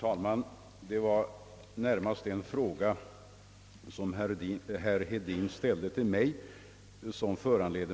Herr talman!